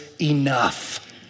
enough